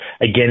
again